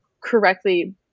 correctly